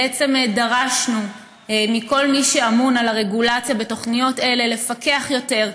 ודרשנו מכל מי שממונה על הרגולציה של התוכניות אלה לפקח יותר,